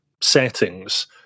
settings